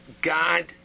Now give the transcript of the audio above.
God